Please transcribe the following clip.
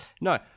No